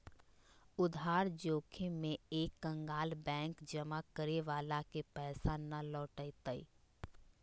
उधार जोखिम में एक कंकगाल बैंक जमा करे वाला के पैसा ना लौटय तय